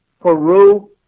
Peru